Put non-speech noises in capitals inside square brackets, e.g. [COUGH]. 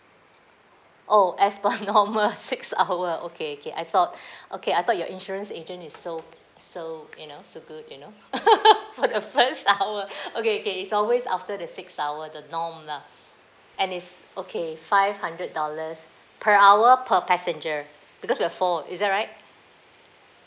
oh as per normal six hours [LAUGHS] okay okay I thought [BREATH] okay I thought your insurance agent is so so you know so good you know [LAUGHS] for the first hour [BREATH] okay okay it's always after the six hour the norm lah and is okay five hundred dollars per hour per passenger because we're four is that right